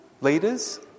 leaders